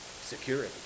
security